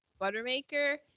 Buttermaker